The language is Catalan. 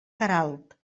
queralt